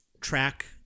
track